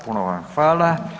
Puno vam hvala.